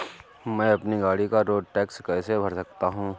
मैं अपनी गाड़ी का रोड टैक्स कैसे भर सकता हूँ?